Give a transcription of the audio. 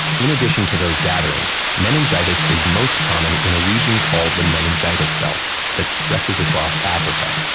in addition to those gatherings, meningitis is most common in a region called the meningitis belt that stretches across africa,